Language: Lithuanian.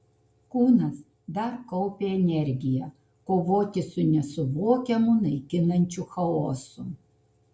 kūnas dar kaupė energiją kovoti su nesuvokiamu naikinančiu chaosu